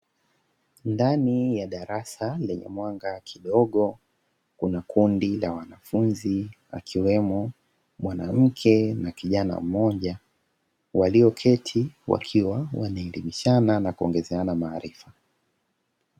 Ndani ya darasa lenye mwanga kidogo, kuna kundi la wanafunzi akiwemo mwanamke na kijana mmoja ,walioketi wakiwa wanaelimishana na kuongezeana maarifa.